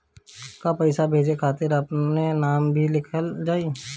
का पैसा भेजे खातिर अपने नाम भी लिकल जाइ?